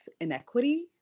inequity